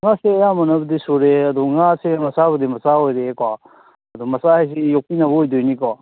ꯉꯥꯁꯦ ꯑꯌꯥꯝꯕꯅꯕꯨꯗꯤ ꯁꯨꯔꯦ ꯑꯗꯣ ꯉꯥꯁꯦ ꯃꯆꯥꯕꯨꯗꯤ ꯃꯆꯥ ꯑꯣꯏꯔꯣ ꯀꯣ ꯑꯗꯨ ꯃꯆꯥ ꯍꯥꯏꯁꯤ ꯌꯣꯛꯄꯤꯅꯕ ꯑꯣꯏꯗꯣꯏꯅꯤꯀꯣ